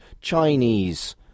Chinese